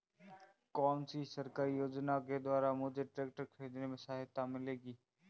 कौनसी सरकारी योजना के द्वारा मुझे ट्रैक्टर खरीदने में सहायता मिलेगी?